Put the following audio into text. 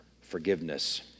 forgiveness